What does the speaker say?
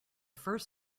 first